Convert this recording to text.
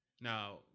Now